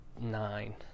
nine